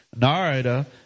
Narada